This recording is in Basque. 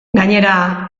gainera